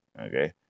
okay